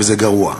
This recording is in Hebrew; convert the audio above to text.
וזה גרוע.